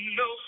no